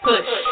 Push